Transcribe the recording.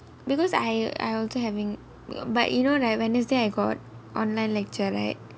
because I I also having but you know right wednesday I got online lecture right